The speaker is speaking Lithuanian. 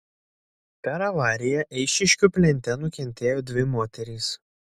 per avariją eišiškių plente nukentėjo dvi moterys